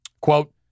Quote